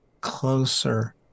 closer